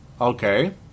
okay